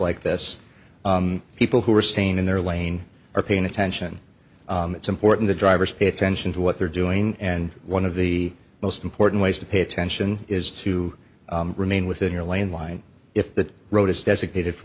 like this people who are staying in their lane are paying attention it's important to drivers pay attention to what they're doing and one of the most important ways to pay attention is to remain within your lane line if that road is designated for